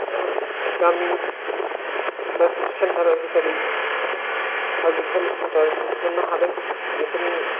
गामि बा सेन्टार हिसाबै पाब्लिक हेल्थ सेन्टार मोननो हादों बेफोरनि